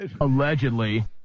Allegedly